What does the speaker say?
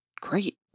great